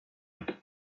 l’ai